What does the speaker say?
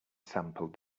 sampled